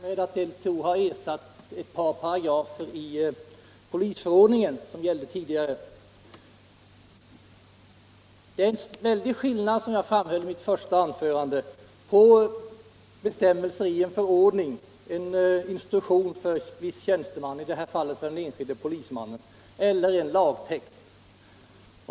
Herr talman! Jag vill återkomma till det förhållandet att LTO har ersatt ett par paragrafer i den polisförordning som gällde tidigare. Som jag framhöll i mitt första anförande är det en väldig skillnad mellan bestimmelser i en förordning. en instruktion för viss tjänsteman, i det här fallet för den enskilde polismannen, och en lagtext.